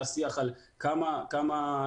היה שיח על כמה מותר,